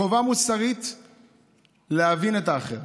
חובה מוסרית להבין את האחר.